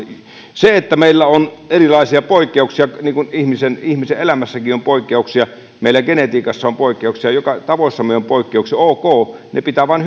se että meillä on erilaisia poikkeuksia niin kuin ihmisen ihmisen elämässäkin on poikkeuksia meillä genetiikassa on poikkeuksia tavoissamme on poikkeuksia ok ne pitää vain